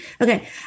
Okay